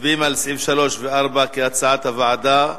מצביעים על סעיפים 3 ו-4 כהצעת הוועדה.